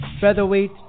featherweight